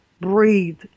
breathe